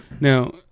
Now